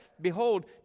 behold